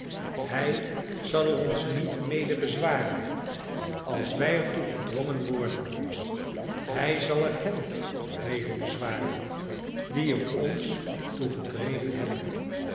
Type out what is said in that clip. hij zal er ons niet mede bezwaren als wij er toe gedwongen worden hij zal er hen mede bezwaren die er ons toe gedreven hebben